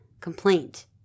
complaint